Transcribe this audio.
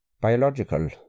biological